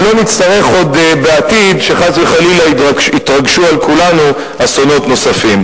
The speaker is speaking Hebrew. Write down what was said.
ולא נצטרך עוד בעתיד שחס וחלילה יתרגשו על כולנו אסונות נוספים.